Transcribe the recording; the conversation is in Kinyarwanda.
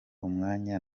umwanya